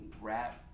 rap